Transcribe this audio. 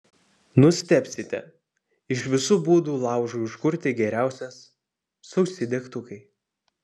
nustebsite iš visų būdų laužui užkurti geriausias sausi degtukai